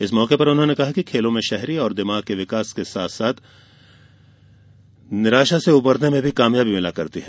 इस मौके पर उन्होंने कहा कि खेलों से शहरी और दिमाग के विकास के साथ ही निराशा से उबरने में कामयाबी भिलती है